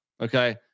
Okay